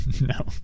No